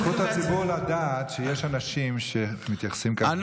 זכות הציבור לדעת שיש אנשים שמתייחסים ככה לבני אדם.